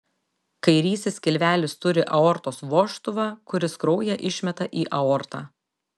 kairysis skilvelis turi aortos vožtuvą kuris kraują išmeta į aortą